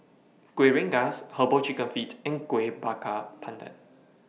Kuih Rengas Herbal Chicken Feet and Kuih Bakar Pandan